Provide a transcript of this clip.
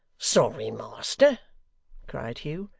sorry, master cried hugh.